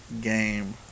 game